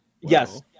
Yes